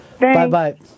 Bye-bye